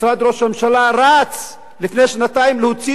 משרד ראש הממשלה רץ לפני שנתיים להוציא